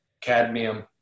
cadmium